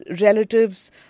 relatives